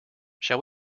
shall